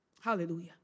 Hallelujah